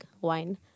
wine